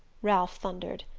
ralph thundered.